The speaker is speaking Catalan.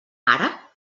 ara